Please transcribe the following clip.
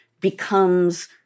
becomes